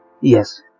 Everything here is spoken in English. yes